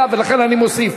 ולכן אני מוסיף.